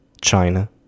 China